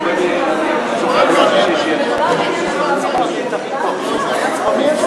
אם מדובר בעניין שהוא לא פוליטי, אני לא